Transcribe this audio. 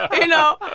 you know?